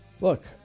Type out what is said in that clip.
look